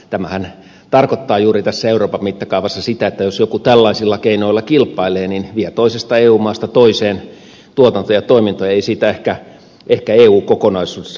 tämähän tarkoittaa juuri tässä euroopan mittakaavassa sitä että jos joku tällaisilla keinoilla kilpailee niin se vie toisesta eu maasta toiseen tuotantoa ja toimintoja eikä siitä ehkä eu kokonaisuudessaan hyödy